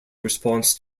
response